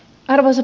kiitos